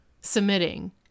submitting